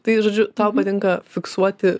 tai žožiu tau patinka fiksuoti